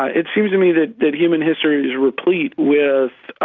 it seems to me that that human history is replete with